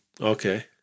Okay